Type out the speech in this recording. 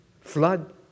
Flood